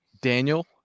Daniel